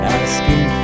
asking